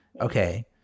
okay